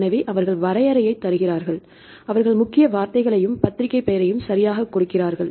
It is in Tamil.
எனவே அவர்கள் வரையறையைத் தருகிறார்கள் அவர்கள் முக்கிய வார்த்தைகளையும் பத்திரிகை பெயரையும் சரியாகக் கொடுக்கிறார்கள்